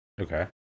Okay